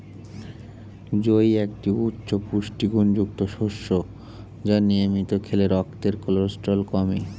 জই একটি উচ্চ পুষ্টিগুণযুক্ত শস্য যা নিয়মিত খেলে রক্তের কোলেস্টেরল কমে